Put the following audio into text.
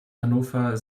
hannover